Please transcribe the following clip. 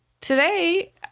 today